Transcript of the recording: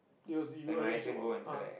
it was you arrange the work ah ah